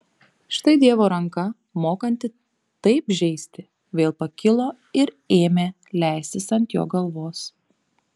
štai dievo ranka mokanti taip žeisti vėl pakilo ir ėmė leistis ant jo galvos